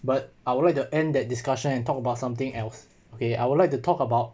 but I would like the end that discussion and talk about something else okay I would like to talk about